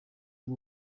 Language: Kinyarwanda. bwo